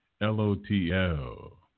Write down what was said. L-O-T-L